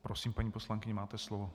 Prosím, paní poslankyně, máte slovo.